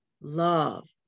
Love